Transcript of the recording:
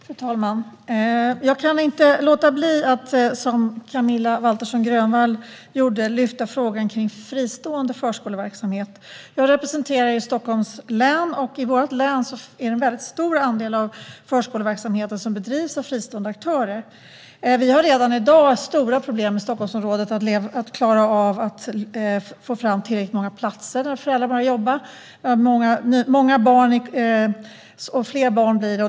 Fru talman! Jag kan inte låta bli att, som Camilla Waltersson Grönvall gjorde, lyfta upp frågan om fristående förskoleverksamhet. Jag representerar Stockholms län, och i vårt län är det en stor andel av förskoleverksamheten som bedrivs av fristående aktörer. Det finns redan i dag stora problem i Stockholmsområdet att klara av att få fram tillräckligt många platser i anslutning till där föräldrarna jobbar. Många barn finns, och fler barn blir det.